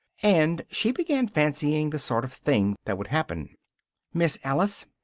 and she began fancying the sort of things that would happen miss alice!